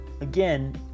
again